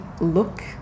look